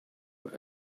but